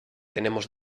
tenemos